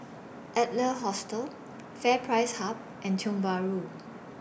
Adler Hostel FairPrice Hub and Tiong Bahru